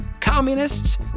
communists